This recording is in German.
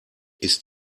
ist